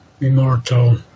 immortal